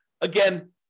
Again